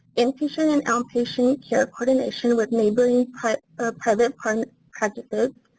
inpatient and outpatient care coordination with neighboring private and practices,